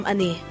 Ani